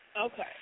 Okay